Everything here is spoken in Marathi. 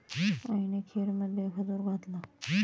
आईने खीरमध्ये खजूर घातला